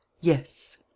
Yes